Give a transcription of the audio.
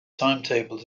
timetable